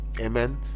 Amen